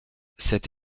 cette